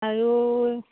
আৰু